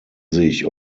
sich